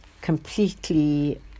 completely